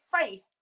faith